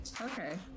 Okay